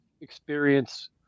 experience